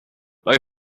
both